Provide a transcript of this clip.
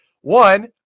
One